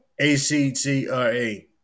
ACTRA